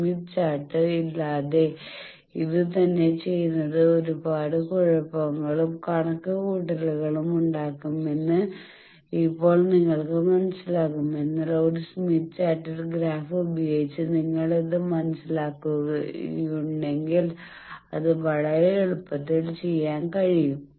Smith chart ഇല്ലാതെ ഇത് തന്നെ ചെയ്യുന്നത് ഒരുപാട് കുഴപ്പങ്ങളും കണക്കുകൂട്ടലുകളും ഉണ്ടാക്കുമെന്ന് ഇപ്പോൾ നിങ്ങൾക്ക് മനസ്സിലാകും എന്നാൽ ഒരു സ്മിത്ത് ചാർട്ടിൽ ഗ്രാഫ് ഉപയോഗിച്ച് നിങ്ങൾ ഇത് മനസ്സിലാക്കിയിട്ടുണ്ടെങ്കിൽ അത് വളരെ എളുപ്പത്തിൽ ചെയ്യാൻ കഴിയും